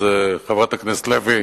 אז חברת הכנסת לוי,